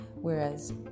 whereas